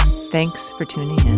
thanks for tuning